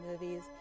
movies